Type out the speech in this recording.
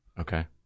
Okay